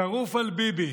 שרוף על ביבי.